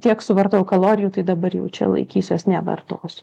tiek suvartojau kalorijų tai dabar jau čia laikysiuos nevartosiu